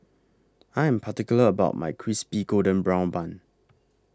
I Am particular about My Crispy Golden Brown Bun